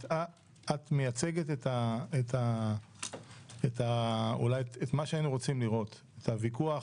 את מייצגת את מה שהיינו רוצים לראות את הוויכוח